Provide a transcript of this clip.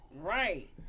right